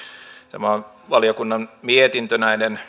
tämä valiokunnan mietintö